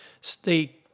stay